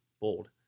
Bold